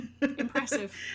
impressive